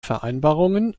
vereinbarungen